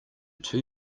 two